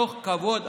מתוך כבוד,